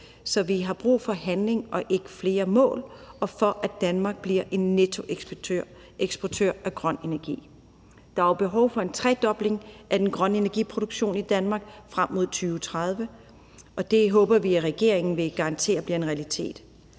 på. Vi har brug for handling og ikke flere mål og for, at Danmark bliver en nettoeksportør af grøn energi. Der er jo behov for en tredobling af den grønne energiproduktion i Danmark frem mod 2030. Det håber vi at regeringen vil garantere bliver en realitet.